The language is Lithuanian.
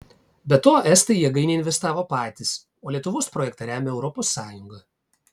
be to estai į jėgainę investavo patys o lietuvos projektą remia europos sąjunga